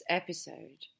episode